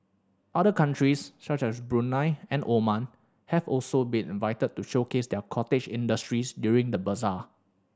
other countries such as Brunei and Oman have also been invited to showcase their cottage industries during the bazaar